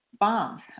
bombs